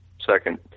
second